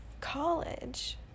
college